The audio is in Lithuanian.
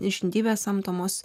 žindyvės samdomos